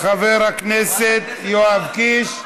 חבר הכנסת יואב קיש.